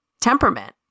temperament